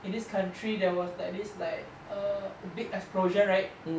in this country there was like this like a big explosion right